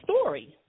story